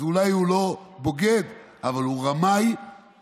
אז אולי הוא לא בוגד, אבל הוא רמאי ציבורי.